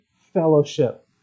fellowship